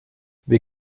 wir